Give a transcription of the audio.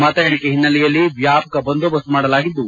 ಮತ ಎಣಿಕೆ ಹಿನ್ನೆಲೆಯಲ್ಲಿ ವ್ಯಾಪಕ ಬಂದೋಬಸ್ತ್ ಮಾಡಲಾಗಿದ್ದು